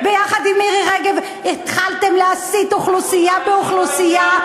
ביחד עם מירי רגב התחלתם להסית אוכלוסייה באוכלוסייה,